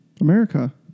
America